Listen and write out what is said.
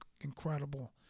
incredible